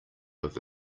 have